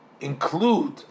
include